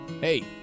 Hey